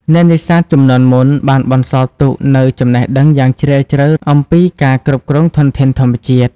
អ្នកនេសាទជំនាន់មុនបានបន្សល់ទុកនូវចំណេះដឹងយ៉ាងជ្រាលជ្រៅអំពីការគ្រប់គ្រងធនធានធម្មជាតិ។